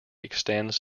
extends